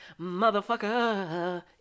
Motherfucker